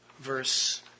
verse